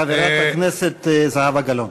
הכנסת זהבה גלאון.